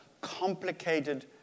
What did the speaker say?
complicated